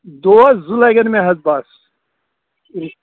دۄہ زٕ لگن مےٚ حظ بس